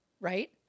Right